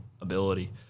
ability